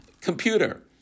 computer